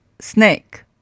snake